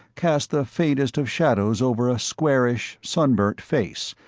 cast the faintest of shadows over a squarish sunburnt face,